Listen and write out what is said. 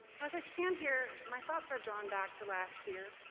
as i stand here, my thoughts are drawn back to last year,